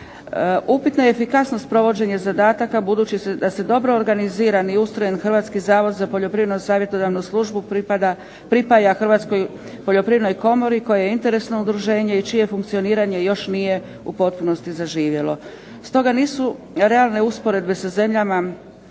Upitna je efikasnost provođenja zadataka, budući da se dobro organiziran i ustrojen Hrvatski zavod za poljoprivrednu savjetodavnu službu pripaja Hrvatskoj poljoprivrednoj komori, kojoj je interesno udruženje i čije funkcioniranje još nije u potpunosti zaživjelo. Stoga nisu realne usporedbe sa zemljama